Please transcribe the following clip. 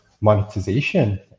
monetization